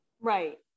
right